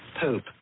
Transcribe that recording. poop